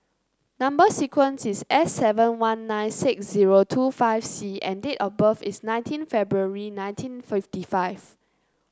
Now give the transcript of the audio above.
number sequence is S seven one nine six zero two five C and date of birth is nineteen February nineteen fifty five